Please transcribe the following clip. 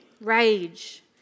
rage